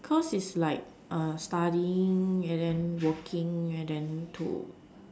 cause it's like studying and then working and then to